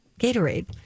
Gatorade